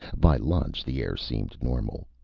by lunch, the air seemed normal.